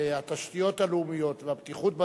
התשתיות הלאומיות והבטיחות בדרכים,